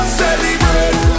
celebrate